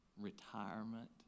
retirement